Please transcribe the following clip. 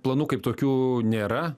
planų kaip tokių nėra